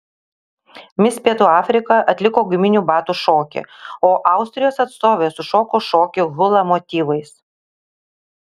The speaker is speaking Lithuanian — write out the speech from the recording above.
mis pietų afrika atliko guminių batų šokį o austrijos atstovė sušoko šokį hula motyvais